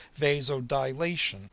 vasodilation